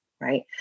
right